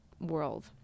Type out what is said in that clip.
world